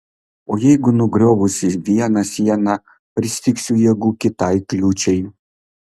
o jeigu nugriovusi vieną sieną pristigsiu jėgų kitai kliūčiai